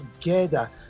together